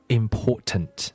important